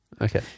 Okay